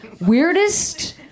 weirdest